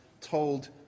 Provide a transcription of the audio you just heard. told